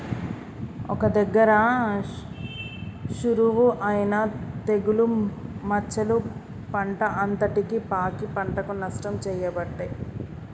ఒక్క దగ్గర షురువు అయినా తెగులు మచ్చలు పంట అంతటికి పాకి పంటకు నష్టం చేయబట్టే